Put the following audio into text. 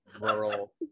rural